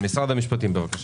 המשפטים, בבקשה.